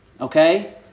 Okay